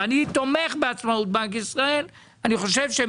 ואני תומך בעצמאות בנק ישראל ואני חושב שהם